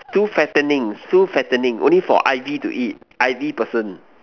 too fattening too fattening only for I_V to eat I_V person